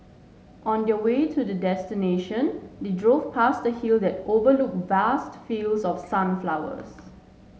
on the way to their destination they drove past a hill that overlook vast fields of sunflowers